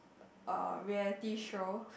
uh reality show